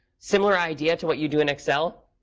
similar idea to what you do in excel,